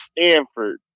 stanford